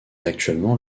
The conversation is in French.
actuellement